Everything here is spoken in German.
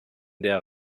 der